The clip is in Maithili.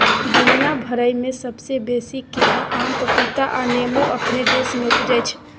दुनिया भइर में सबसे बेसी केरा, आम, पपीता आ नेमो अपने देश में उपजै छै